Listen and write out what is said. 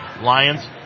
Lions